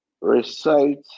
Recite